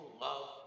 love